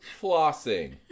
flossing